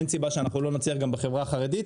אין סיבה שאנחנו לא נצליח גם בחברה החרדית.